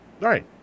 Right